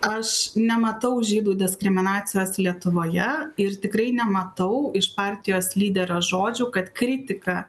aš nematau žydų diskriminacijos lietuvoje ir tikrai nematau iš partijos lyderio žodžių kad kritika